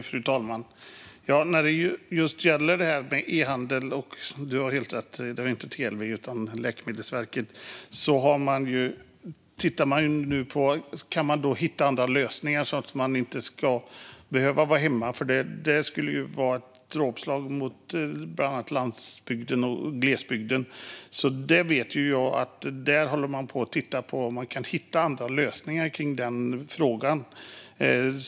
Fru talman! När det gäller e-handeln har ledamoten helt rätt i att det handlar om Läkemedelsverket, inte TLV. Man tittar nu på om det går att hitta nya lösningar så att människor inte ska behöva vara hemma, för det skulle ju vara ett dråpslag mot bland annat landsbygden och glesbygden. Jag vet att man tittar på om det går att hitta andra lösningar i den frågan.